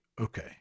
okay